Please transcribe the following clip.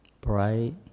bright